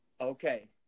Okay